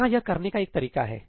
यहाँ यह करने का एक तरीका है